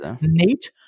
Nate